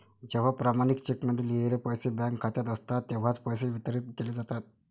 जेव्हा प्रमाणित चेकमध्ये लिहिलेले पैसे बँक खात्यात असतात तेव्हाच पैसे वितरित केले जातात